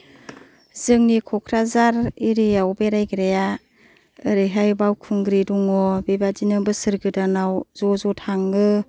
जोंनि क'क्राझार एरियायाव बेरायग्राया ओरैहाय बाउखुंग्रि दङ बेबादिनो बोसोर गोदानाव ज' ज' थाङो